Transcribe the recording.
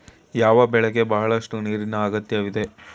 ಯಾವ ಬೆಳೆಗೆ ಬಹಳಷ್ಟು ನೀರಿನ ಅಗತ್ಯವಿದೆ?